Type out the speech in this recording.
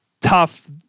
tough